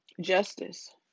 justice